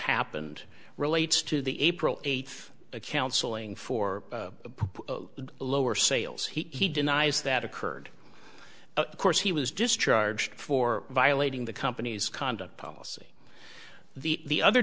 happened relates to the april eighth counseling for the lower sales he denies that occurred of course he was discharged for violating the company's conduct policy the othe